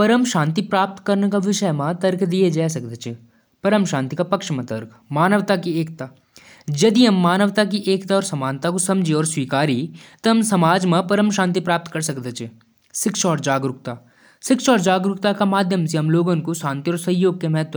दोस्तों क विविध समूह माणस क सोच और अनुभव बढ़ादु। अलग-अलग संस्कृति, सोच और आदत सिखण क मौका मिल्दु। विविधता जीवन म उत्साह और नया अनुभव जोड़दु। यो माणस क